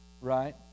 Right